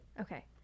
Okay